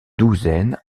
douzaine